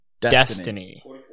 Destiny